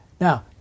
Now